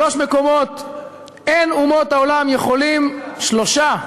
שלוש מקומות אין אומות העולם יכולים, שלושה.